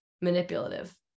manipulative